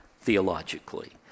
theologically